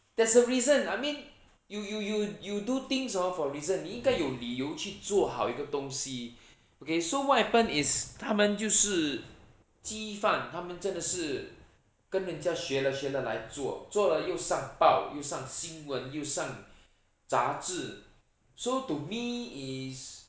there's a reason I mean you you you you do things hor for reason 你应该有理由去做好一个东西 okay so what happen is 他们就是鸡饭他们真的是根人家学了学了来做做了又上报又上新闻又上杂志 so to me is